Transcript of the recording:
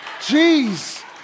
Jeez